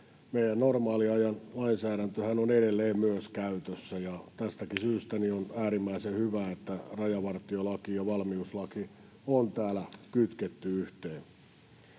normaaliajan lainsäädäntömmehän on edelleen käytössä. Tästäkin syystä on äärimmäisen hyvä, että rajavartiolaki ja valmiuslaki on täällä kytketty yhteen.